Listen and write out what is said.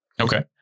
Okay